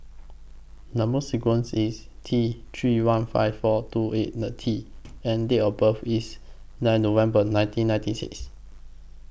Number sequence IS T three one five four two eight nine T and Date of birth IS nine November nineteen ninety six